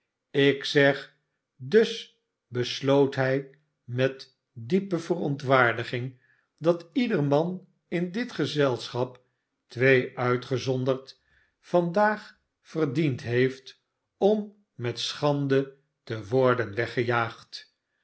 ik zeg dua besloot hij met diepe verontwaardiging dat ieder man in dit gezelschap twee uitgezonderd vandaag verdiend heeft om met schande te worden weggejaagd